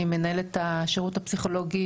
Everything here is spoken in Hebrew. אני מנהלת השירות הפסיכולוגי